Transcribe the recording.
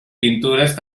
pintures